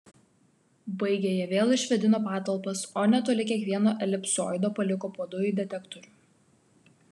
baigę jie vėl išvėdino patalpas o netoli kiekvieno elipsoido paliko po dujų detektorių